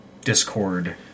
Discord